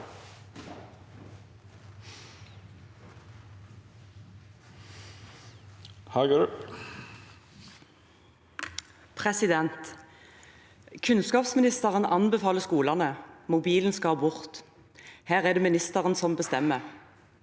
«Kunnskapsmi- nisteren (an)befaler skolene: mobilen skal bort. Her er det ministeren som bestemmer!